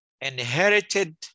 inherited